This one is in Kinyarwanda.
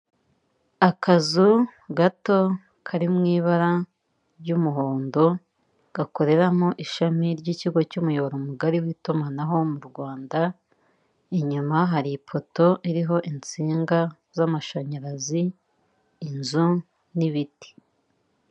Akazu gato kari mu ibara ry'umuhondo, gakoreramo ishami ry'ikigo cy'umuyoboro mugari w'itumanaho mu Rwanda, inyuma hari ipoto iriho insinga z'amashanyarazi, inzu n'ibiti.